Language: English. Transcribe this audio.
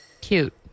Cute